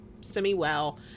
semi-well